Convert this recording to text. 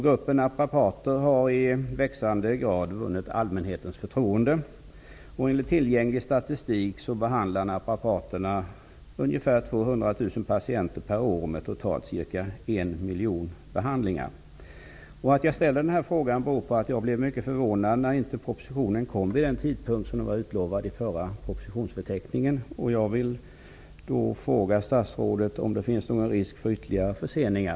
Gruppen naprapater har i växande grad vunnit allmänhetens förtroende. Enligt tillgänglig statistik behandlar naprapaterna ungefär 200 000 patienter per år, med totalt ca 1 miljon behandlingar. Jag ställer denna fråga därför att jag blev mycket förvånad över att propositionen inte kom vid den tidpunkt som den utlovats i den förra propositionsförteckningen. Jag vill därför fråga statsrådet: Finns det risk för ytterligare förseningar?